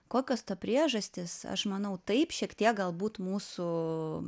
kokios to priežastys aš manau taip šiek tiek galbūt mūsų